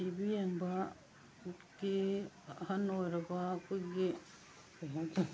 T V ꯌꯦꯡꯕꯒꯤ ꯑꯍꯟ ꯑꯣꯏꯔꯕ ꯑꯩꯈꯣꯏꯒꯤ ꯀꯔꯤ ꯍꯥꯏꯗꯣꯏꯅꯣ